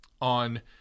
on